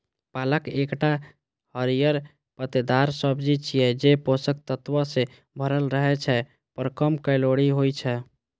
पालक एकटा हरियर पत्तेदार सब्जी छियै, जे पोषक तत्व सं भरल रहै छै, पर कम कैलोरी होइ छै